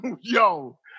Yo